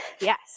Yes